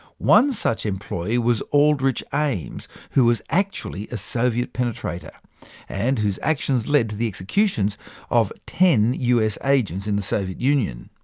one such employee was aldrich ames, who was actually a soviet penetrator and whose actions led to the executions of ten us agents in the soviet union.